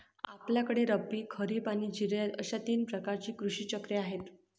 आपल्याकडे रब्बी, खरीब आणि जिरायत अशी तीन प्रकारची कृषी चक्रे आहेत